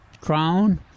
crown